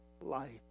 life